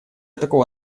такого